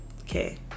okay